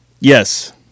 Yes